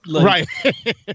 right